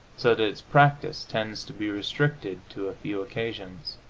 so that its practise tends to be restricted to a few occasions.